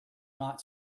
not